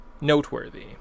noteworthy